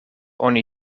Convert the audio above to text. oni